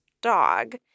dog